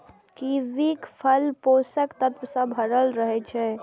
कीवीक फल पोषक तत्व सं भरल रहै छै